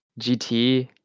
GT